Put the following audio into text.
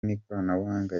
n’ikoranabuhanga